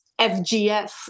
FGF